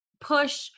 push